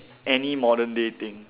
any modern day thing